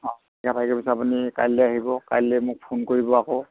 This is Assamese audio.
অঁ এনিশা থকা পিছত আপুনি কাইলৈ আহিব কাইলৈ মোক ফোন কৰিব আকৌ